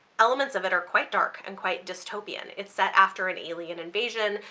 elements of it are quite dark and quite dystopian. it's set after an alien invasion,